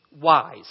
wise